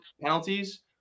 penalties